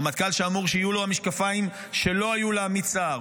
רמטכ"ל שאמור שיהיו לו המשקפיים שלא היו לעמית סער.